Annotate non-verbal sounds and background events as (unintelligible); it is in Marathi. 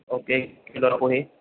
ओके (unintelligible) पोहे